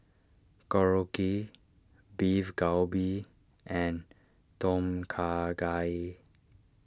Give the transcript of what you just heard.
Korokke Beef Galbi and Tom Kha Gai